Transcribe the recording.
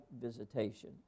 visitation